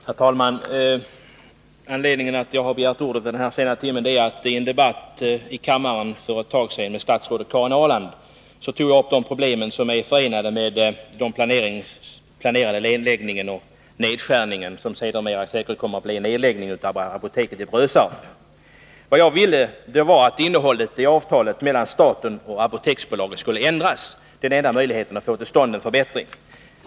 Herr talman! Anledningen till att jag begärt ordet vid denna sena timme är att jag i en debatt här i kammaren för ett tag sedan med statsrådet Ahrland tog upp de problem som är förenade med den planerade nedskärning som sedermera kommer att resultera i en nedläggning av apoteket i Brösarp. Vad jag ville var att innehållet i avtalet mellan staten och Apoteksbolaget skulle ändras. Det är enda möjligheten att få till stånd en förbättring.